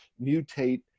mutate